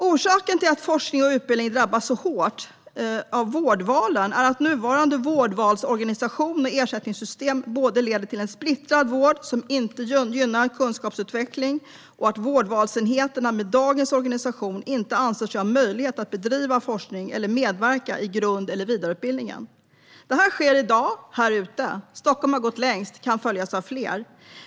Orsaken till att forskning och utbildning drabbas så hårt av vårdvalen är att nuvarande vårdvalsorganisation med ersättningssystem leder både till en splittrad vård som inte gynnar kunskapsutveckling och till att vårdvalsenheterna med dagens organisation inte anser sig ha möjlighet att bedriva forskning eller medverka i grund eller vidareutbildningen. Detta sker i dag, här ute. Stockholm har gått längst och kan följas av fler.